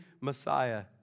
Messiah